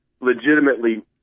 legitimately